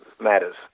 matters